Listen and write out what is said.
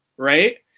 right?